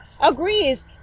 agrees